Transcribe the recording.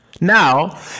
Now